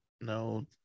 no